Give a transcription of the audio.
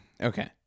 Okay